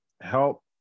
help